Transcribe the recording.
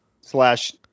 slash